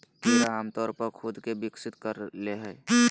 कीड़ा आमतौर पर खुद के विकसित कर ले हइ